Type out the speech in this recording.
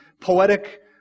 poetic